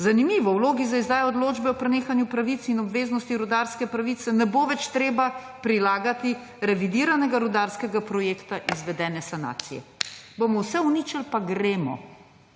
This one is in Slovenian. Zanimivo v vlogi za izdajo odločbe o prenehanju pravic in obveznosti rudarskih pravic se ne bo več treba prilagati revidiranega rudarskega projekta izvedene sanacije. Bomo vse uničili pa gremo